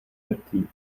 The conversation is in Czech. mrtvý